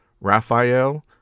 Raphael